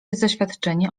zaświadczenie